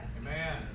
Amen